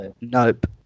Nope